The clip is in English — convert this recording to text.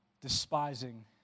despising